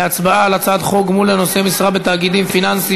להצבעה על הצעת חוק תגמול לנושאי משרה בתאגידים פיננסיים